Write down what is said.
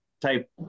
type